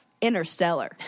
Interstellar